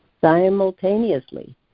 simultaneously